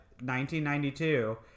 1992